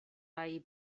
veí